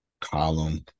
column